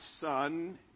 son